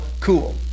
cool